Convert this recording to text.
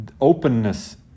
openness